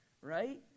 right